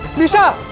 nisha.